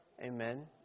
Amen